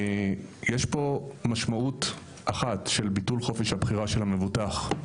יש פה משמעות אחת של ביטול חופש הבחירה של המבוטח.